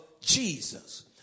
Jesus